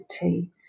tea